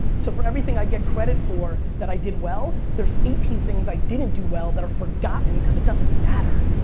so for everything i get credit for that i did well, there's eighteen things i didn't do well that are forgotten cause it doesn't matter.